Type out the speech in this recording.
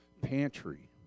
pantry